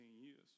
years